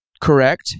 Correct